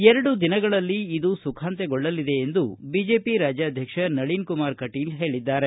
ಎರಡು ದಿನಗಳಲ್ಲಿ ಇದು ಸುಖಾಂತ್ಯಗೊಳ್ಳಲಿದೆ ಎಂದು ಬಿಜೆಪಿ ರಾಜ್ಯಾಧ್ಯಕ್ಷ ನಳಿನ್ ಕುಮಾರ್ ಕಟೀಲ್ ಹೇಳಿದ್ದಾರೆ